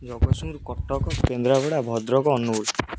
Jagatsinghpur Cuttack Kendrapara Bhadrak Angul